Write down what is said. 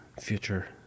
future